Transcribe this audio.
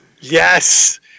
Yes